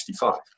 1965